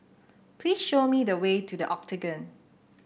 please show me the way to The Octagon